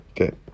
Okay